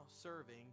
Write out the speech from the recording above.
serving